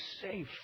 safe